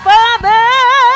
Father